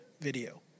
video